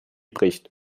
bricht